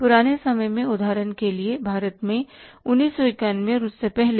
पुराने समय में उदाहरण के लिए भारत में 1991 और उससे पहले